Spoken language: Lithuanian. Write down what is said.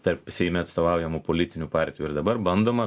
tarp seime atstovaujamų politinių partijų ir dabar bandoma